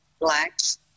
blacks